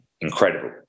incredible